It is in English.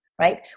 right